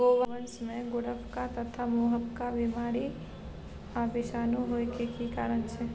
गोवंश में खुरपका तथा मुंहपका बीमारी आ विषाणु होय के की कारण छै?